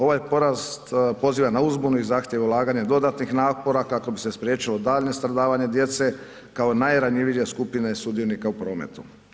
Ovaj porast poziva na uzbunu i zahtjeva ulaganje dodatnih napora kako bi se spriječilo daljnje stradavanje djece kao najranjivije skupine sudionika u prometu.